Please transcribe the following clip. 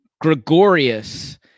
Gregorius